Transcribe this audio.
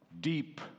Deep